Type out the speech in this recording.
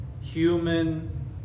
human